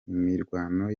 imirwano